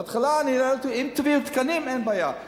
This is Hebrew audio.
בהתחלה אמרו: אם תביאו תקנים, אין בעיה.